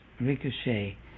ricochet